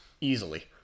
easily